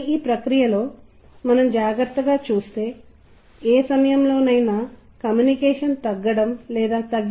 కానీ ఖచ్చితంగా ఆకాశం పెద్దదిగా ఉంది నేను నా తలపైన మైళ్లు మరియు మైళ్లు ఉంది అని చెప్పాను